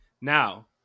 Now